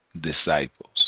disciples